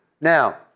Now